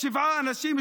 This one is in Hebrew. שבעה אנשים,